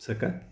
ಸಾಕ